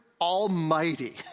almighty